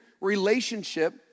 relationship